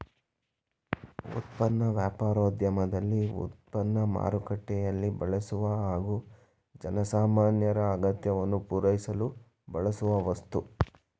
ಉತ್ಪನ್ನ ವ್ಯಾಪಾರೋದ್ಯಮದಲ್ಲಿ ಉತ್ಪನ್ನ ಮಾರುಕಟ್ಟೆಯಲ್ಲಿ ಬಳಸುವ ಹಾಗೂ ಜನಸಾಮಾನ್ಯರ ಅಗತ್ಯವನ್ನು ಪೂರೈಸಲು ಬಳಸುವ ವಸ್ತು